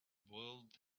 world